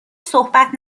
صحبت